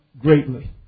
greatly